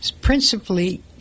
principally